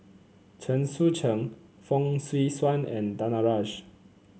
Chen Sucheng Fong Swee Suan and Danaraj